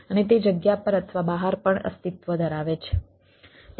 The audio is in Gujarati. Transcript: અને તે જગ્યા પર અથવા બહાર પણ અસ્તિત્વ ધરાવે છે